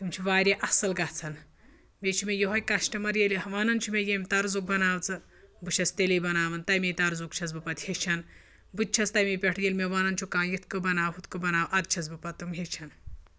تِم چھِ واریاہ اَصٕل گژھان بیٚیہِ چھُ مےٚ یِہوٚے کَشٹَمَر ییٚلہِ وَنان چھُ مےٚ ییٚمۍ تَرزُک بَناو ژٕ بہٕ چھَس تیٚلے بَناوان تَمے تَرزُک چھُس بہٕ پَتہٕ ہیٚچھان بہٕ تہِ چھَس تَمے پٮ۪ٹھ ییٚلہِ مےٚ وَنان چھُ کانٛہہ یِتھ کٔہ بَناو ہُتھ کٔہ بَناو اَدٕ چھَس بہٕ پَتہٕ تِم ہیٚچھان